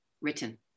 written